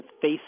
face